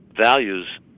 values